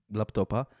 laptopa